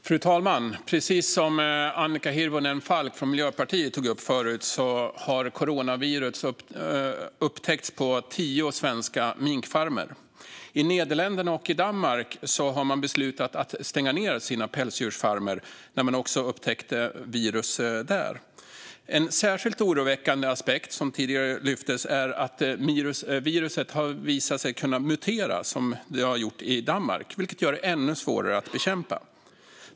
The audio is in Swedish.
Fru talman! Precis som Annika Hirvonen Falk från Miljöpartiet tog upp förut har coronavirus upptäckts på tio svenska minkfarmer. I Nederländerna och i Danmark har man beslutat att stänga ned sina pälsdjursfarmer efter att man upptäckt virus där. En särskilt oroväckande aspekt som tidigare lyfts fram är att viruset har visat sig kunna mutera, som det har gjort i Danmark, vilket gör det ännu svårare att bekämpa.